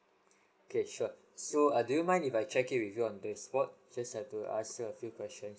okay sure so err do you mind if I check it with you on the spot just have to ask you a few question